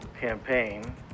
campaign